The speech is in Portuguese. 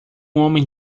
homem